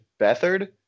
Beathard